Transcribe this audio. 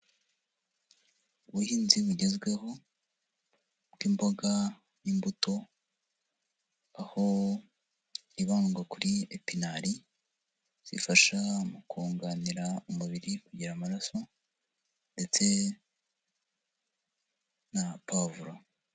Ubuhinzi bugezweho bw'imboga n'imbuto, aho hibandwa kuri epinari zifasha mu kunganira umubiri kugira amaraso ndetse na pavuro.